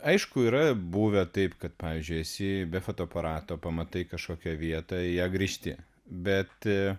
aišku yra buvę taip kad pavyzdžiui esi be fotoaparato pamatai kažkokią vietą į ją grįžti bet